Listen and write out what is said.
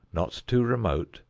not too remote,